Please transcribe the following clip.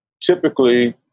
Typically